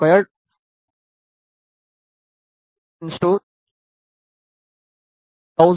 7d7